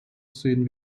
sehen